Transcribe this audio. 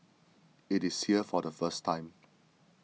it is here for the first time